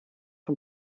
von